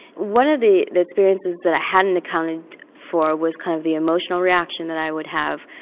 one of the the experiences that i hadn't accounted for was kind of the emotional reaction that i would have.